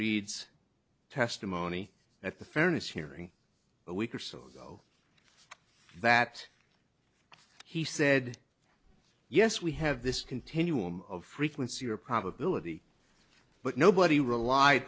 reid's testimony at the fairness hearing a week or so ago that he said yes we have this continuum of frequency or probability but nobody relied